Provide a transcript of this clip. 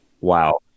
Wow